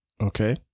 Okay